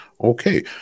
Okay